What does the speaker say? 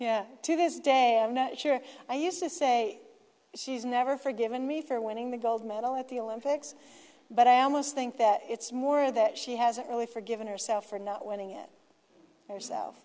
yeah to this day i'm not sure i used to say she's never forgiven me for winning the gold medal at the olympics but i almost think that it's more that she hasn't really forgiven herself for not winning it herself